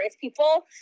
people